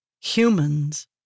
Humans